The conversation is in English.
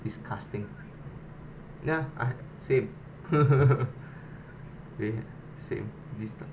disgusting ya I same eh same this type